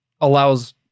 allows